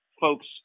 folks